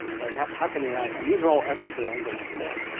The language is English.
right? how how can ia? and these are all efforts that are ongoing today.